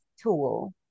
tool